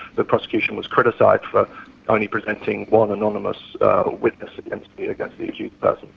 the prosecution was criticised for only presenting one anonymous witness against the accused person.